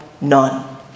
none